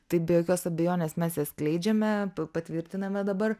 tai be jokios abejonės mes jas skleidžiame patvirtiname dabar